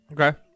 Okay